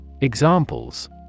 Examples